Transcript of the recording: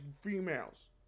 females